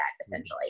essentially